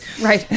Right